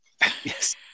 Yes